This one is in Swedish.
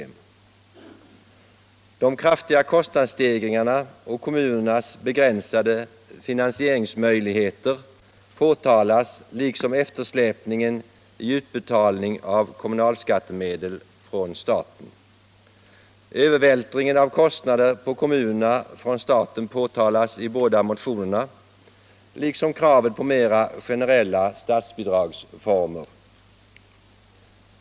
Man pekar på de kraftiga kostnadsstegringarna och på kommunernas begränsade finansieringsmöjligheter liksom på eftersläpningen i utbetalningen av kommunalskattemedel från staten. Övervältringen av kostnader från staten på kommunerna påtalas i båda motionerna liksom även kravet på mera generella statsbidragsformer.